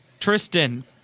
Tristan